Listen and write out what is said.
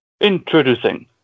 Introducing